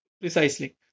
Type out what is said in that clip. precisely